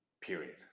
Period